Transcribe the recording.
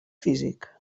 físic